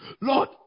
Lord